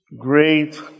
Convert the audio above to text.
great